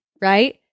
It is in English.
right